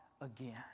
again